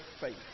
faith